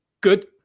good